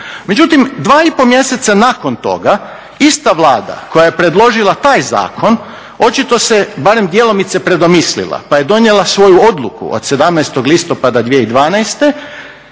Međutim, 2,5 mjeseca nakon toga ista Vlada koja je predložila taj zakon očito se barem djelomice predomislila pa je donijela svoju odluku od 17. listopada 2012.,